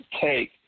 take